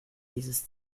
dieses